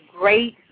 great